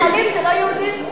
מתנחלים זה לא יהודים.